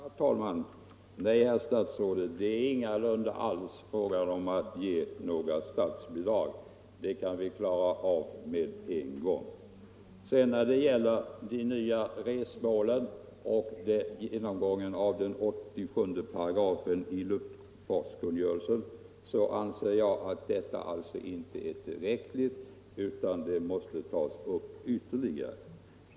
Herr talman! Nej, herr statsråd, det är ingalunda fråga om att ge några statsbidrag — det kan vi klara ut med en gång. När det gäller de nya resmålen och genomgången av 87 § luftfartskungörelsen anser jag alltså att detta inte är tillräckligt utan att frågan måste tas upp ytterligare.